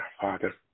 Father